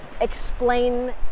explain